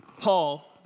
Paul